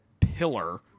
pillar